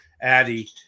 Addie